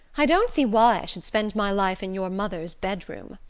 i don't see why i should spend my life in your mother's bedroom.